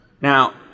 now